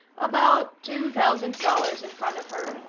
about two thousand dollars in front of her.